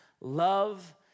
love